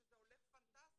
שזה הולך פנטסטי.